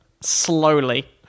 Slowly